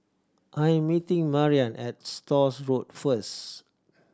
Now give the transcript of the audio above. I am meeting Mariann at Stores Road first